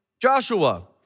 Joshua